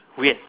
weird